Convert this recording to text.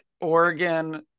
Oregon